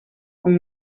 con